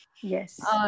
Yes